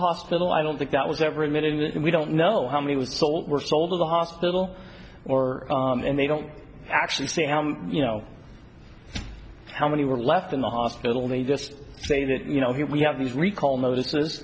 hospital i don't think that was ever admitted and we don't know how many was sold were sold to the hospital or and they don't actually see how you know how many were left in the hospital need just say that you know here we have these recall kno